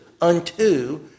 unto